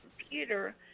computer